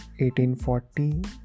1840